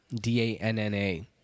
D-A-N-N-A